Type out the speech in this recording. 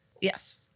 Yes